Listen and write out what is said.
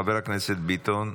חבר הכנסת ביטון.